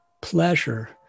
pleasure